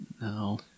No